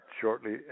shortly